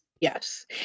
Yes